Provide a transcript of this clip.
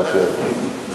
אוקיי.